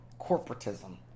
corporatism